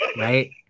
right